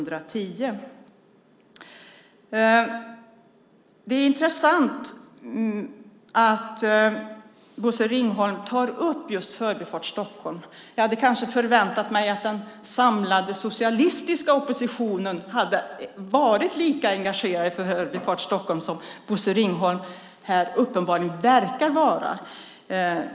Det är intressant att Bosse Ringholm tar upp Förbifart Stockholm. Jag hade kanske väntat mig att den samlade socialistiska oppositionen skulle ha varit lika engagerade i Förbifart Stockholm som Bosse Ringholm uppenbarligen verkar vara.